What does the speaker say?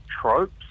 tropes